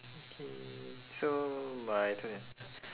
okay so my turn ah